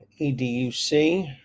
EDUC